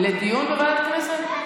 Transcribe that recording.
לדיון בוועדת הכנסת?